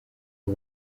abo